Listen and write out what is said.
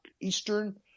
Eastern